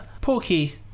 Porky